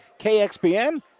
KXPN